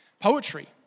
poetry